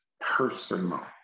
personal